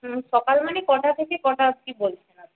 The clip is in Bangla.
সকাল মানে কটা থেকে কটা অবধি বলছেন আপনি